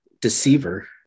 deceiver